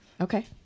Okay